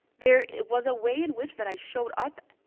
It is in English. there was a way in which that i showed up